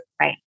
Right